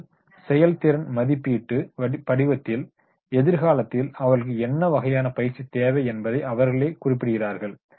மேலும் செயல்திறன் மதிப்பீட்டு படிவத்தில் எதிர்காலத்தில் அவர்களுக்கு என்ன வகையான பயிற்சி தேவை என்பதை அவர்களே குறிப்பிடுகிறார்கள்